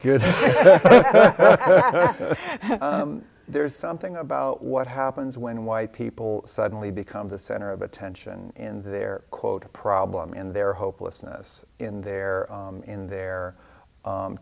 good there's something about what happens when white people suddenly become the center of attention in their quote a problem in their hopelessness in their in their